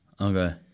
Okay